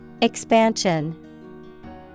Expansion